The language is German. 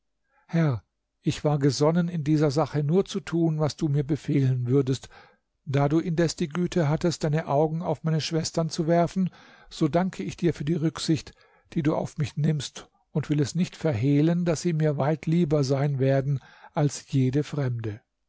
herr ich war gesonnen in dieser sache nur zu tun was du mir befehlen würdest da du indes die güte hattest deine augen auf meine schwestern zu werfen so danke ich dir für die rücksicht die du auf mich nimmst und will es nicht verhehlen daß sie mir weit lieber sein werden als jede fremde